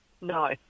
No